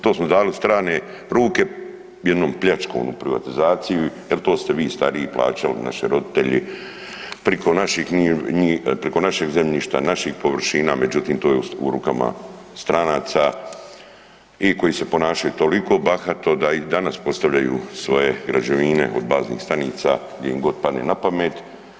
To smo dali u strane ruke, jednom pljačkom u privatizaciji jer to ste vi stariji plaćali, naši roditelji priko našeg zemljišta, naših površina, međutim to je u rukama stranaca i koji se ponašaju toliko bahato da i danas postavljaju svoje građevine od baznih stanica gdje im god padne napamet.